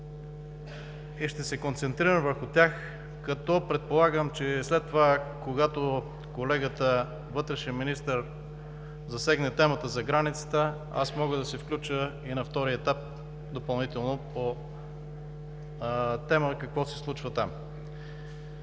и ще се концентрирам върху тях като предполагам, че и след това, когато колегата вътрешен министър засегне темата за границата, аз мога да се включа и на втори етап допълнително по тема – какво се случва там.